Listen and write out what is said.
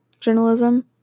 journalism